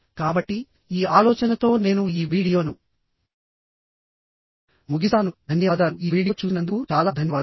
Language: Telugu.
కాబట్టిఈ ఆలోచనతో నేను ఈ వీడియోను ముగిస్తానుధన్యవాదాలుఈ వీడియో చూసినందుకు చాలా ధన్యవాదాలు